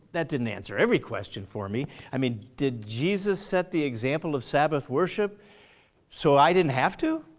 that didn't answer every question for me, i mean did jesus set the example of sabbath worship so i didn't have to?